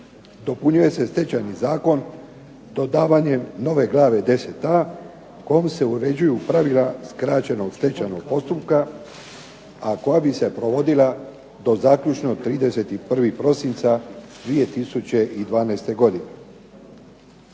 dopunjuje se Stečajni zakon dodavanjem nove glave Xa. kojom se uređuju pravila skraćenog Stečajnog postupka, a koja bi se provodila do zaključno 31. prosinca 2012. godine.